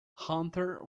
hunter